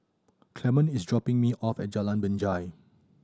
Clemon is dropping me off at Jalan Binjai